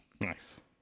Nice